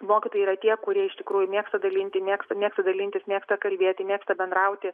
mokytojai yra tie kurie iš tikrųjų mėgsta dalinti mėgsta mėgsta dalintis mėgsta kalbėti mėgsta bendrauti